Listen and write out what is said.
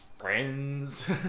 friends